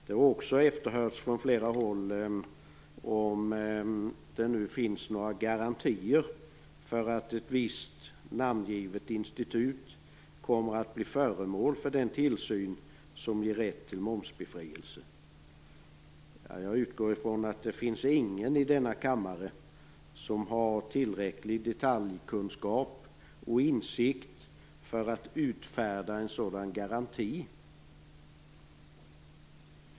Från flera håll har det efterhörts om det finns några garantier för att ett visst namngivet institut blir föremål för den tillsyn som ger rätt till momsbefrielse. Jag utgår från att ingen i denna kammare har tillräcklig detaljkunskap och insikt för att kunna utfärda en sådan garanti.